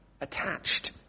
attached